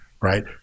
Right